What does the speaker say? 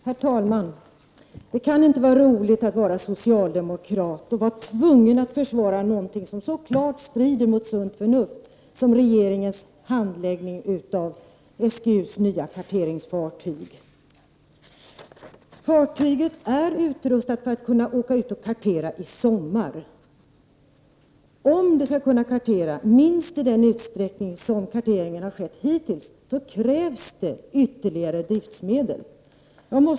Herr talman! Det kan inte vara roligt att vara socialdemokrat och behöva försvara någonting som så klart strider mot sunt förnuft som regeringens handläggning av frågan om SGU:s nya karteringsfartyg. Fartyget är utrustat för att kunna åka ut och kartera i sommar. Men för att fartyget skall kunna kartera minst i den utsträckning som hittills skett krävs det ytterligare driftsmedel.